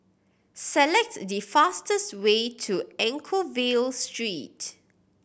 select the fastest way to Anchorvale Street